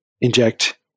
inject